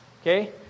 Okay